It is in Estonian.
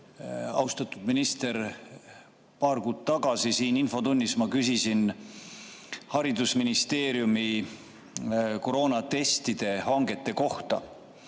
austatud minister! Paar kuud tagasi siin infotunnis ma küsisin haridusministeeriumi koroonatestide hanke kohta.